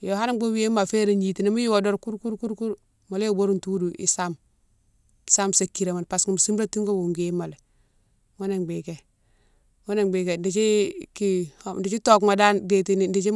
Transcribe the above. yo hanni bou wima ma férine gniti nimo wiwo doron koure- koure- koure mola yike wo bodone toudou isame same sa kiramo parce que mo simratine wo wima lé ghounné bigué- ghounné bigué déti ki, dékdi tocouma dane détini dékdi